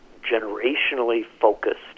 generationally-focused